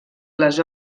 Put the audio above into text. les